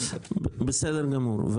בסדר גמור.